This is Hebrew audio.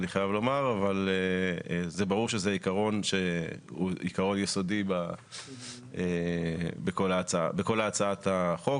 אבל ברור שזהו עיקרון יסודי בכל הצעת החוק